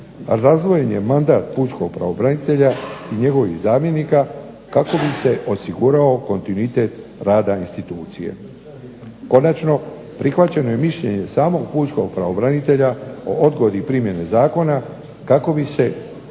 se./… je mandat pučkog pravobranitelja i njegovih zamjenika kako bi se osigurao kontinuitet rada institucije. Konačno, prihvaćeno je mišljenje samog pučkog pravobranitelja o odgodi primjene zakona kako bi se provele potrebne radnje